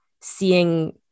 seeing